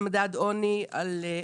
העוני.